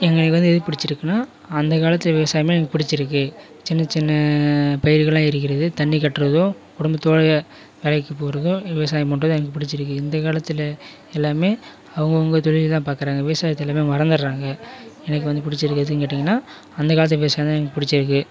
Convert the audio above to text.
எங்களுக்கு வந்து எது பிடிச்சிருக்குனா அந்த காலத்தில் விவசாயமே எங்க பிடிச்சிருக்கு சின்ன சின்ன பயிர்கள் எல்லாம் இருக்கிறது தண்ணி கட்டுறதோ குடும்பத்தோட பழகி போகறதோ விவசாயம் பண்ணுறதும் எங்களுக்கு பிடிச்சி இருக்கு இந்த காலத்தில் எல்லாமே அவங்கவுங்க தொழிலை தான் பார்க்குறாங்க விவசாயத்தை எல்லாமே மறந்துடுறாங்க எனக்கு வந்து பிடிச்சி இருக்கு எதுன்னு கேட்டீங்கன்னா அந்த காலத்தை விவசாயம்தான் எங்க பிடிச்சிருக்கு